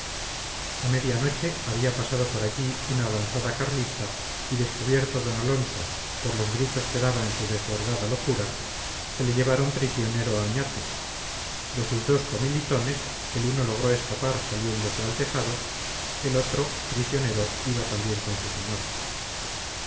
a media noche había pasado por allí una avanzada carlista y descubierto d alonso por los gritos que daba en su desbordada locura se le llevaron prisionero a oñate de sus dos comilitones el uno logró escapar saliéndose al tejado el otro prisionero iba también con su señor